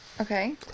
Okay